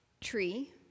tree